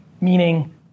Meaning